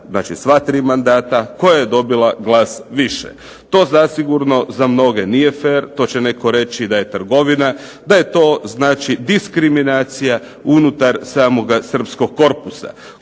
znači sva tri mandata koja je dobila glas više. To zasigurno za mnoge nije fer, to će netko reći da je trgovina, da je to diskriminacija unutar samoga Srpskog korpusa.